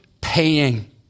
paying